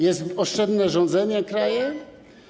Jest oszczędne rządzenie krajem?